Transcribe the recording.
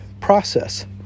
process